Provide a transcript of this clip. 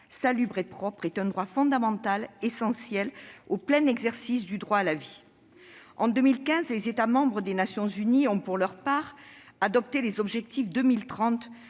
salubre et propre est un droit fondamental essentiel au plein exercice du droit à la vie ». En 2015, les États membres des Nations unies ont adopté les objectifs 2030